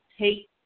Take